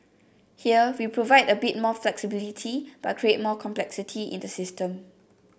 here we provide a bit more flexibility but create more complexity in the system